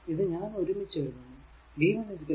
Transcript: ഇത് ഞാൻ ഒരുമിച്ചു എഴുതുന്നു